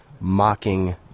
mocking